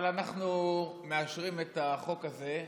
אבל אנחנו מאשרים את החוק הזה.